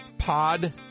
Pod